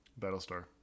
battlestar